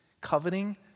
coveting